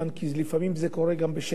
כי לפעמים זה קורה בשקט,